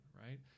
right